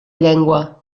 llengua